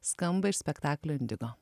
skamba iš spektaklio indigo